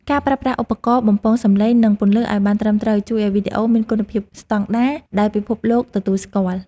ការប្រើប្រាស់ឧបករណ៍បំពងសំឡេងនិងពន្លឺឱ្យបានត្រឹមត្រូវជួយឱ្យវីដេអូមានគុណភាពស្តង់ដារដែលពិភពលោកទទួលស្គាល់។